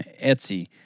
Etsy